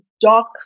dark